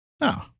No